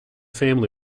family